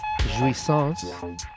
Jouissance